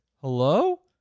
hello